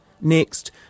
Next